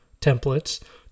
templates